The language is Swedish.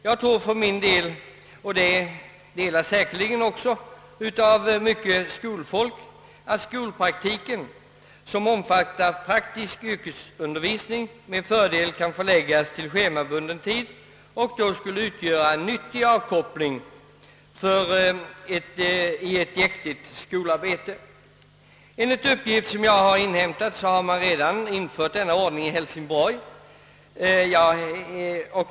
Jag anser för min del — och den åsikten delas säkerligen av många lärare — att skolpraktiken, som omfattar praktisk yrkesundervisning, med fördel skulle kunna förläggas till schemabunden tid och då skulle utgöra en nyttig avkoppling i ett jäktigt skolarbete. Enligt uppgift som jag har inhämtat har man redan infört denna ordning i Hälsingborg.